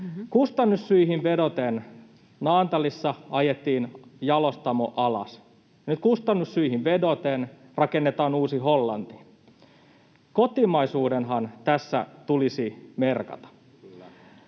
Kustannussyihin vedoten Naantalissa ajettiin jalostamo alas. Nyt kustannussyihin vedoten rakennetaan uusi Hollantiin. Kotimaisuudenhan tässä tulisi merkata.